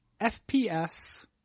FPS